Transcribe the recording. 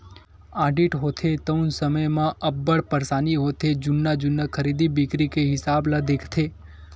audit होथे तउन समे म अब्बड़ परसानी होथे जुन्ना जुन्ना खरीदी बिक्री के हिसाब ल देखथे